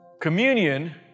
Communion